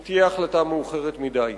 היא תהיה החלטה מאוחרת מדי.